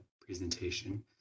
presentation